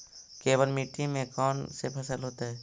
केवल मिट्टी में कौन से फसल होतै?